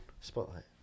Spotlight